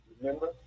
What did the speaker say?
Remember